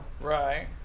right